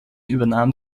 übernahm